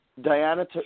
Diana